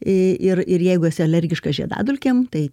ė ir ir jeigu esi alergiška žiedadulkėm tai